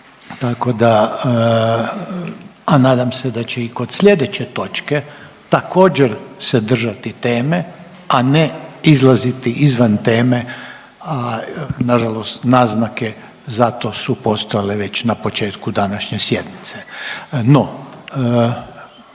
tako da, a nadam se da će i kod slijedeće točke također se držati teme, a ne izlaziti izvan teme, a nažalost naznake za to su postojale već na početku današnje sjednice.